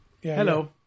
Hello